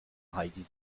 heidi